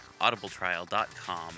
audibletrial.com